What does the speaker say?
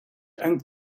and